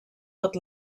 tot